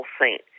saint